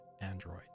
Android